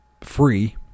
free